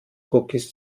cookies